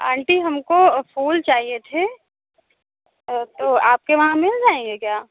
aunty हमको फूल चाहिए थे तो आपके वहाँ मिल जाएँगे क्या